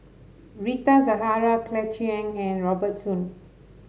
Rita Zahara Claire Chiang and Robert Soon